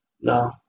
No